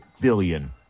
billion